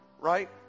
right